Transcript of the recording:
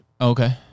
Okay